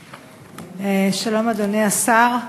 שלום, אדוני השר.